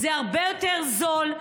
זה הרבה יותר זול,